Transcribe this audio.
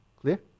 Clear